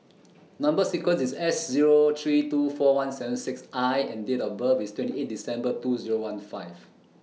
Number sequence IS S Zero three two four one seven six I and Date of birth IS twenty eight December two Zero one five